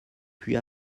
puis